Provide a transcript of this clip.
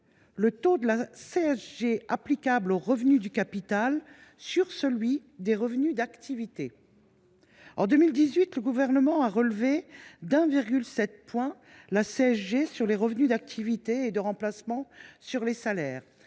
le taux de CSG applicable aux revenus du capital sur celui des revenus d’activité. En 2018, le Gouvernement a relevé de 1,7 point le taux de CSG sur les revenus d’activité et de remplacement, sur les salaires